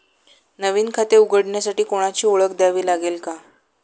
नवीन खाते उघडण्यासाठी कोणाची ओळख द्यावी लागेल का?